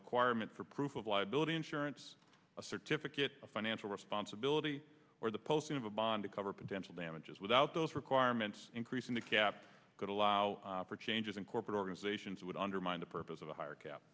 requirement for proof of liability insurance a certificate of financial responsibility or the posting of a bond to cover potential damages without those requirements increasing the cap could allow for changes in corporate organizations would undermine the purpose of a higher cap